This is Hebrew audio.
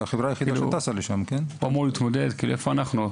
בסוף, איפה אנחנו?